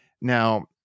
Now